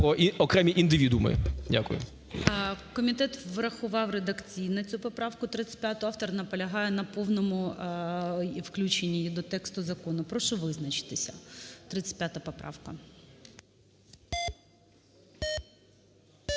окремі індивідууми. Дякую. ГОЛОВУЮЧИЙ. Комітет врахував редакційно цю поправку 35, автор наполягає на повному включенні її до тексту закону. Прошу визначитися, 35 поправка.